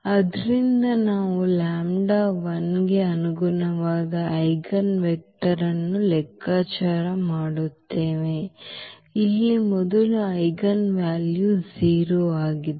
ಆದ್ದರಿಂದ ನಾವು ಗೆ ಅನುಗುಣವಾದ ಐಜೆನ್ವೆಕ್ಟರ್ ಅನ್ನು ಲೆಕ್ಕಾಚಾರ ಮಾಡುತ್ತೇವೆ ಇಲ್ಲಿ ಮೊದಲ ಐಜೆನ್ ವ್ಯಾಲ್ಯೂ 0 ಆಗಿದೆ